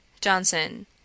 Johnson